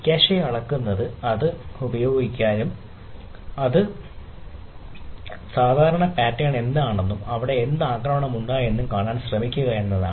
cache അളക്കുന്നത് അത് ഉപയോഗിക്കുന്നുവെന്നും സാധാരണ പാറ്റേൺ എന്താണെന്നും അവിടെ എന്തെങ്കിലും ആക്രമണമുണ്ടോയെന്നും കാണാൻ ശ്രമിക്കുക എന്നതാണ്